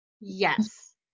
Yes